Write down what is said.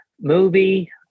movie